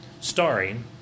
starring